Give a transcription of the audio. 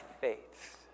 faith